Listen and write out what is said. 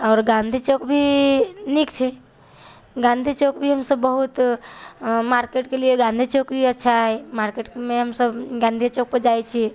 आओर गान्धी चौक भी नीक छै गान्धी चौक भी हमसभ बहुत मार्केटके लिए गान्धी चौक ही अच्छा हइ मार्केटमे हमसभ गान्धी चौकपर जाइ छी